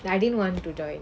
and I didn't want to do it